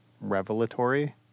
revelatory